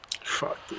Fuck